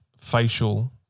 facial